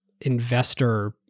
investor